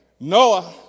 Noah